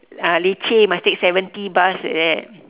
uh leceh must take seventy bus like that